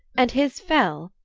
and his fell,